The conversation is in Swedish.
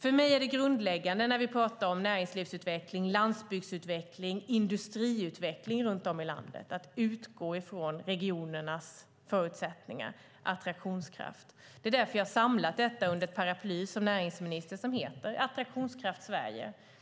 För mig är det när vi pratar om näringslivsutveckling, landsbygdsutveckling och industriutveckling runt om i landet grundläggande att utgå från regionernas förutsättningar och attraktionskraft. Det är därför jag som näringsminister har samlat detta under ett paraply som heter Attraktionskraft Sverige.